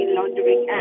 Laundering